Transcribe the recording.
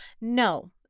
No